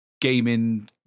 gaming